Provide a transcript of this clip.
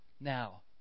Now